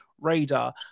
radar